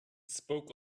spoke